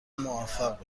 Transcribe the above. موفق